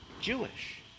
Jewish